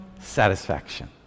satisfaction